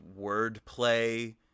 wordplay